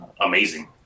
amazing